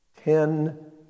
Ten